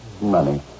money